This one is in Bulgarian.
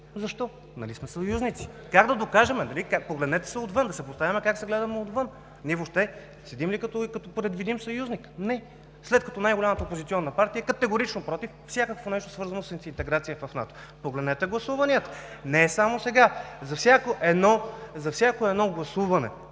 Защо, нали сме съюзници? Как да докажем, погледнете се отвън, да си представим как се гледаме отвън. Ние въобще седим ли като предвидим съюзник? Не, след като най-голямата опозиционна партия категорично е против всякакво нещо, свързано с интеграцията в НАТО. Погледнете гласуванията. Не е само сега. За всяко едно гласуване